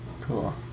Cool